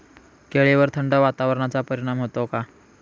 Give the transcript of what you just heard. केळीवर थंड वातावरणाचा परिणाम होतो का?